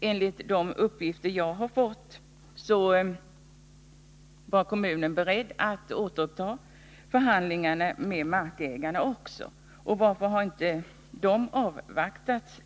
Enligt de uppgifter jag har fått var kommunen också beredd att återuppta förhandlingarna med markägarna. Varför har dessa inte avvaktats?